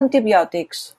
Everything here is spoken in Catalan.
antibiòtics